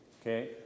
Okay